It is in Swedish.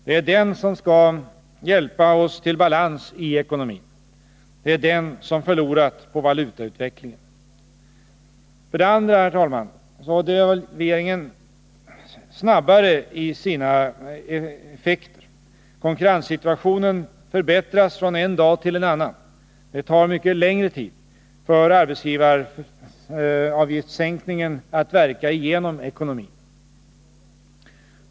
Det är den som skall hjälpa oss till balans i ekonomin. Det är den som förlorat på valutautvecklingen. För det andra: Devalveringen ger effekt snabbare. Konkurrenssituationen förbättras från en dag till en annan. Det tar mycket längre tid för arbetsgivaravgiftssänkningen att verka igenom ekonomin.